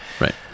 Right